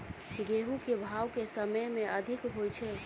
गेंहूँ केँ भाउ केँ समय मे अधिक होइ छै?